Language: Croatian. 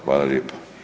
Hvala lijepo.